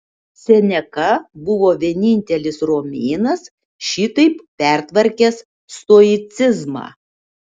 seneka buvo vienintelis romėnas šitaip pertvarkęs stoicizmą